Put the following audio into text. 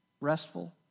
restful